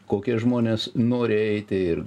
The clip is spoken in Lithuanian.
kokie žmonės nori eiti ir